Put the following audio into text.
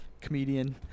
Comedian